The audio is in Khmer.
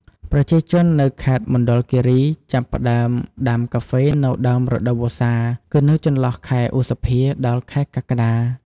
ប្រជាជននៅខេត្តមណ្ឌលគិរីចាប់ផ្តើមដាំកាហ្វេនៅដើមរដូវវស្សា គឺនៅចន្លោះខែឧសភា ដល់ខែកក្កដា។